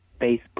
Facebook